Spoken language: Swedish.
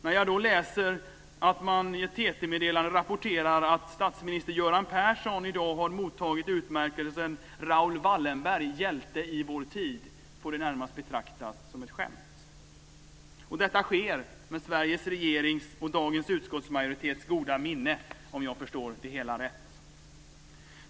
När jag då läser att man i ett TT-meddelande rapporterar att statsminister Göran Persson i dag har mottagit utmärkelsen Raoul Wallenberg - hjälte i vår tid, får det betraktas som ett skämt.